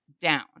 down